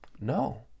No